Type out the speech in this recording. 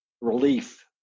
relief